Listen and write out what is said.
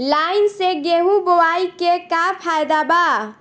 Line से गेहूं बोआई के का फायदा बा?